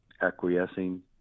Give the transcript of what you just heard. acquiescing